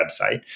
website